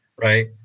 right